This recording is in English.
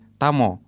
tamo